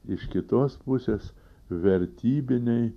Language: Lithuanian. iš kitos pusės vertybiniai